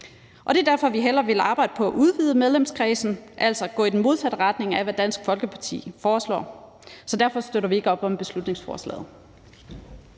og det er derfor, vi hellere vil arbejde på at udvide medlemskredsen, altså gå i den modsatte retning af, hvad Dansk Folkeparti foreslår. Så derfor støtter vi ikke op om beslutningsforslaget.